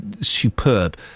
superb